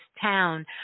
town